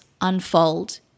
unfold